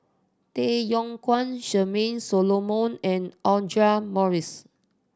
Tay Yong Kwang Charmaine Solomon and Audra Morrice